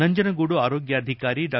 ನಂಜನಗೂಡು ಆರೋಗ್ಯಾಧಿಕಾರಿ ಡಾ